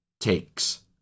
takes